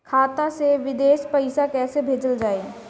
खाता से विदेश पैसा कैसे भेजल जाई?